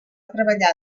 treballar